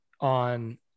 on